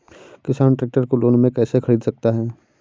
किसान ट्रैक्टर को लोन में कैसे ख़रीद सकता है?